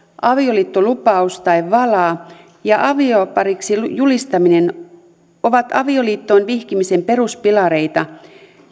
avioliittolupaus tai vala ja aviopariksi julistaminen ovat avioliittoon vihkimisen peruspilareita